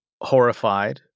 horrified